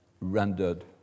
rendered